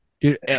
dude